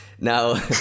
Now